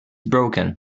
broken